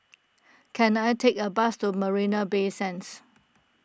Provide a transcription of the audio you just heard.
can I take a bus to Marina Bay Sands